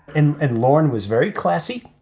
and and lorne was very classy.